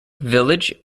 village